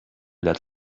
let